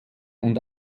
und